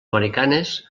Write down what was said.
americanes